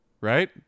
Right